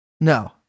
No